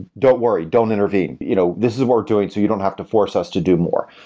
don't worry. don't intervene. you know this is worth doing, so you don't have to force us to do more.